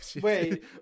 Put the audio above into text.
Wait